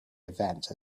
event